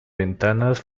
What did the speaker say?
ventanas